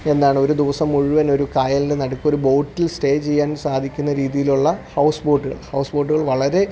എന്താണ് ഒരു ദിവസം മുഴുവൻ ഒരു കായലിൻ്റെ നടുക്ക് ഒരു ബോട്ടിൽ സ്റ്റേ ചെയ്യാൻ സാധിക്കുന്ന രീതിയിലുള്ള ഹൗസ് ബോട്ടുകൾ ഹൗസ് ബോട്ടുകൾ വളരെ